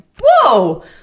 whoa